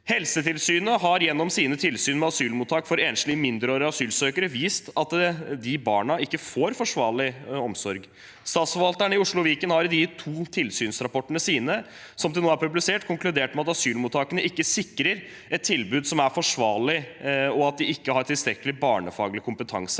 Helsetilsynet har gjennom sine tilsyn med asylmottak for enslige mindreårige asylsøkere vist at de barna ikke får forsvarlig omsorg. Statsforvalteren i Oslo og Viken har i de to tilsynsrapportene de nå har publisert, konkludert med at asylmottakene ikke sikrer et tilbud som er forsvarlig, og at de ikke har tilstrekkelig barnefaglig kompetanse